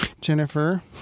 Jennifer